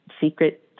secret